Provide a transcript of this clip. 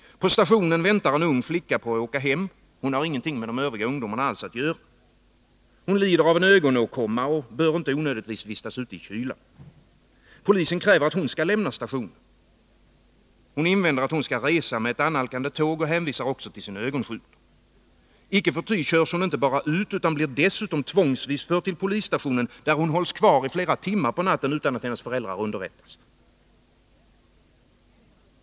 På stationen väntar en ung flicka på att åka hem. Hon har ingenting alls med de övriga ungdomarna att göra. Hon lider av en ögonåkomma och bör inte onödigtvis vistas ute i kylan. Polisen kräver att hon skall lämna stationen. Hon invänder att hon skall resa med ett annalkande tåg och hänvisar också till sin ögonsjukdom. Icke förty körs hon inte bara ut utan blir dessutom tvångsvis förd till polisstationen, där hon hålls kvar i flera timmar på natten utan att hennes föräldrar underrättas.